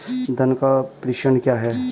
धन का प्रेषण क्या है?